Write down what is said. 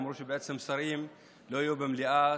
אמרו שבעצם שרים לא יהיו במליאה,